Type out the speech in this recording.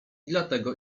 dlatego